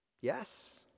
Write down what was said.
yes